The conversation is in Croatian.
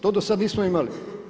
To do sad nismo imali.